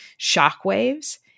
shockwaves